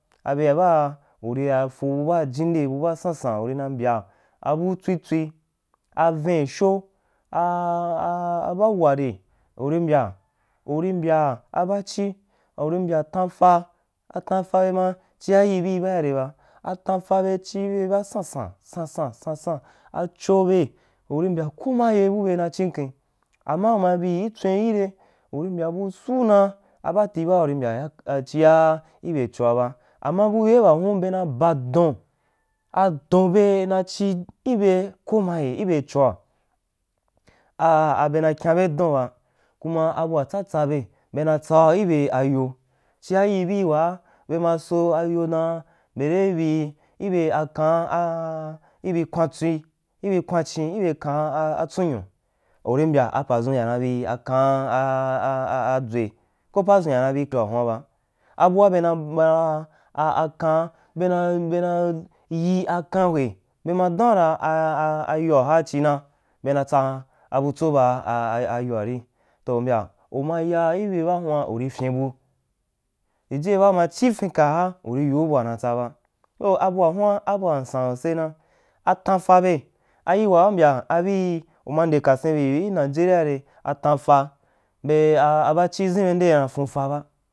Abea ba uriya fo bu baa jindei bu ba sansan urna mbya, abu tswi tswi avin sho a a bauware uri mbya uri mbya abachi uri mbya tan fa atanfa be ma chia yiri bil bai re ba atan fa be chi yii ba sansan sansan sansan a cho be uri mbya ko ma ye bube na chin ken, ama uma bi itswen ire uri mbya bu suu na a baati baa iri mbyu chia be choa ba ama bube i ba hun be na ba don adon be na chi ki he komaye ibe choa, a be na kgan be ba kuma abua tsatsa be be na tsau ibe ayo chia yii bii wa bema so ayo dem bere ibi ibe akoun a ibi kwa tswi ibi kwan chin ibe kan atsu nyu uri mbya padʒum ya na bi akan a a dʒwe ko padʒun yana bi yoa huan ba abua be ba akaan bena bena yi akan hwe be ma daun ra a a a yoa ha china be na tsa bu tso ba a a a yoa baa huan uri fyen bu yiye ba uma chi fin ka ha uri yiu bua unai tsa ba so abua huan abua nsan sose na ata n fa be ayil waa u mbya abii uma nde kasen bi, i nigeriya a tan fa beh a a bachi ʒinbe ndei fun fa ɓa.